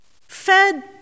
fed